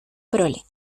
prole